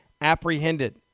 apprehended